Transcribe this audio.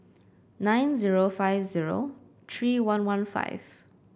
nine zero five zero three one one five